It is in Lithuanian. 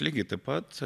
lygiai taip pat